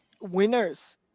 winners